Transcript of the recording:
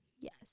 Yes